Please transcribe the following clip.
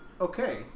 okay